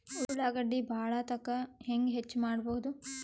ಉಳ್ಳಾಗಡ್ಡಿ ಬಾಳಥಕಾ ಹೆಂಗ ಹೆಚ್ಚು ಮಾಡಬಹುದು?